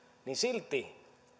niin silti